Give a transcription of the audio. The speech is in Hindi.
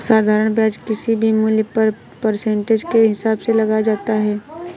साधारण ब्याज किसी भी मूल्य पर परसेंटेज के हिसाब से लगाया जाता है